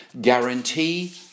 Guarantee